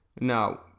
Now